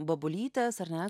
bobulytės ar ne